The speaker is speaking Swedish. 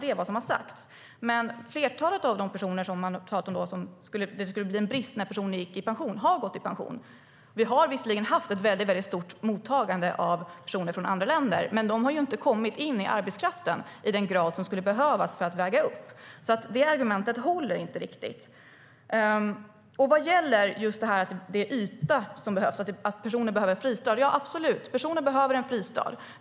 Det är vad som har sagts. Men flertalet av de personer som det skulle bli brist på när de går i pension har redan gått i pension. Vi har visserligen haft ett stort mottagande av personer från andra länder, men de har inte kommit in i arbetskraften i den grad som skulle behövas för att väga upp bristen. Det argumentet håller inte riktigt. Sedan var det frågan om att det behövs yta för dem som behöver en fristad. Ja, personer behöver absolut en fristad.